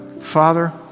father